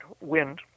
wind